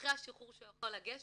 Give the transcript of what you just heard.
אחרי השחרור שהוא יכול לגשת,